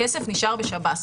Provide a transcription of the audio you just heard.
הכסף נשאר בשב"ס.